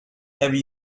heavy